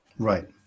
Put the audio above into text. Right